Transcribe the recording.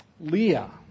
Leah